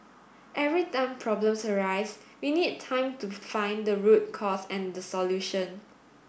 every time problems arise we need time to find the root cause and the solution